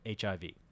HIV